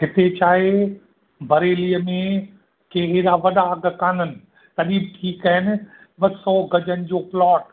हिते छा आहे बरेलीअ में कहिड़ी राबत आगत कान्हनि तॾहिं बि ठीकु आहिनि पर सौ गजनि जो प्लॉट